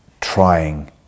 trying